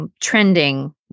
trending